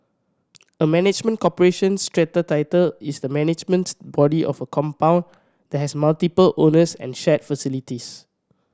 a management corporation strata title is the management body of a compound that has multiple owners and shared facilities